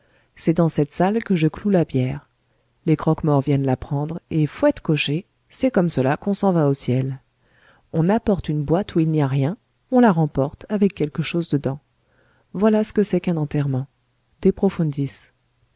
c'est dans cette salle que je cloue la bière les croque-morts viennent la prendre et fouette cocher c'est comme cela qu'on s'en va au ciel on apporte une boîte où il n'y a rien on la remporte avec quelque chose dedans voilà ce que c'est qu'un enterrement de